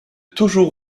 toujours